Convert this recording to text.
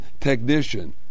technician